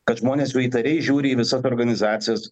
kad žmonės jau įtariai žiūri į visas organizacijas